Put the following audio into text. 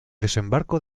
desembarco